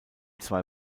zwei